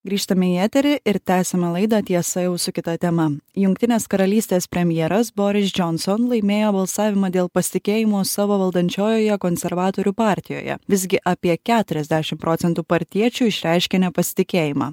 grįžtame į eterį ir tęsiame laidą tiesa jau su kita tema jungtinės karalystės premjeras boris džonson laimėjo balsavimą dėl pasitikėjimo savo valdančiojoje konservatorių partijoje visgi apie keturiasdešim procentų partiečių išreiškė nepasitikėjimą